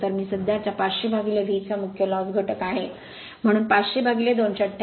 तर मी सध्याच्या 500 V चा मुख्य लॉस घटक आहे म्हणून 500 288